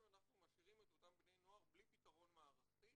אנחנו משאירים את אותם בני נוער בלי פתרון מערכתי,